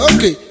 Okay